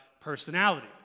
personality